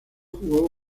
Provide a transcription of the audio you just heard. jugó